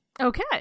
Okay